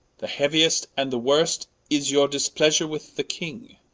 the heauiest, and the worst, is your displeasure with the king